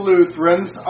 Lutherans